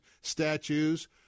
statues